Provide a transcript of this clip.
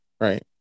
Right